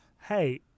Hey